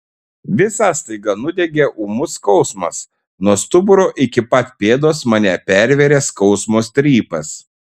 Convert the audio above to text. visą staiga nudiegė ūmus skausmas nuo stuburo iki pat pėdos mane pervėrė skausmo strypas